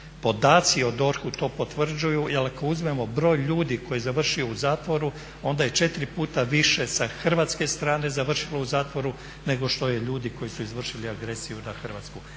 Podaci u DORH-u to potvrđuju jel ako uzmemo broj ljudi koji je završio u zatvoru onda je četiri puta više sa hrvatske strane završilo u zatvoru nego što je ljudi koji su izvršili agresiju na Hrvatsku.